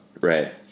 right